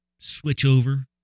switchover